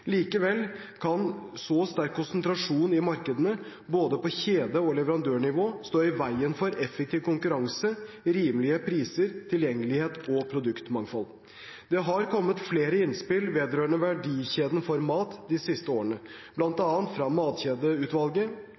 Likevel kan en så sterk konsentrasjon i markedene, både på kjede- og leverandørnivå, stå i veien for effektiv ressursbruk, rimelige priser, tilgjengelighet og produktmangfold. Det har kommet flere innspill vedrørende verdikjeden for mat de siste årene, bl.a. fra Matkjedeutvalget